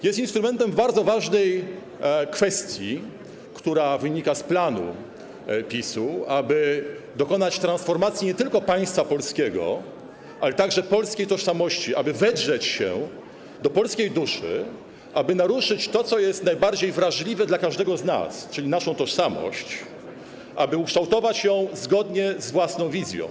Jest instrumentem w bardzo ważnej kwestii, która wynika z planu PiS, aby dokonać transformacji nie tylko państwa polskiego, ale także polskiej tożsamości, aby wedrzeć się do polskiej duszy, aby naruszyć to, co jest najbardziej wrażliwe dla każdego z nas, czyli naszą tożsamość, aby ukształtować ją zgodnie z własną wizją.